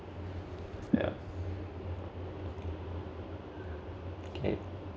yeah okay